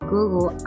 Google